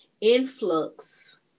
influx